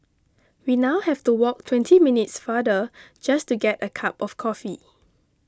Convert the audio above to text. we now have to walk twenty minutes farther just to get a cup of coffee